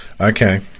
Okay